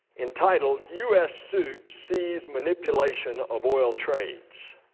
entitled u s. suit sees manipulation of oil trades.